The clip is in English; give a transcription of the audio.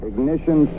Ignition